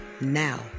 now